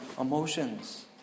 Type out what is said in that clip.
emotions